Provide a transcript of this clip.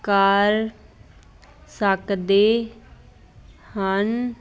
ਕਰ ਸਕਦੇ ਹਨ